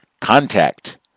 contact